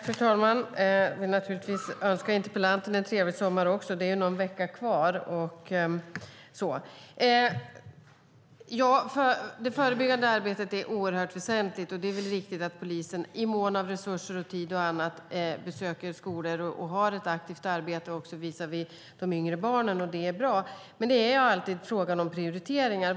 Fru talman! Jag vill naturligtvis önska interpellanten en trevlig sommar också, även om det är någon vecka kvar. Ja, det förebyggande arbetet är oerhört väsentligt. Det är väl viktigt att polisen i mån av resurser, tid och annat besöker skolor och har ett aktivt arbete även visavi de yngre barnen. Det är bra, men det är alltid en fråga om prioriteringar.